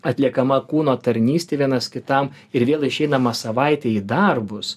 atliekama kūno tarnystė vienas kitam ir vėl išeinama savaitei į darbus